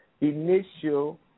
Initial